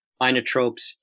inotropes